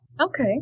Okay